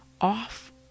off